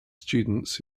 students